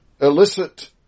illicit